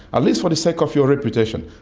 at least for the sake of your reputation,